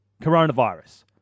coronavirus